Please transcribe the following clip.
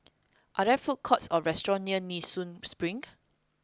are there food courts or restaurants near Nee Soon Spring